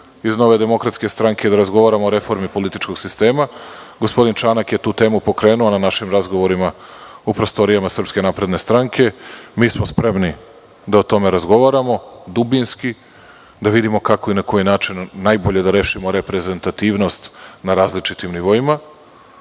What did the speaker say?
iz NDS da razgovaramo o reformi političkog sistema. Gospodin Čanak je tu temu pokrenuo na našim razgovorima u prostorijama SNS. Spremni smo da o tome razgovaramo, dubinski, da vidimo kako i na koji način najbolje da rešimo reprezentativnost na različitim nivoima.